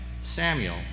Samuel